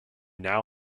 now